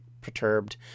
perturbed